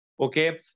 okay